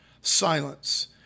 silence